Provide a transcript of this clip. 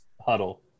Huddle